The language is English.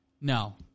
no